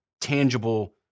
tangible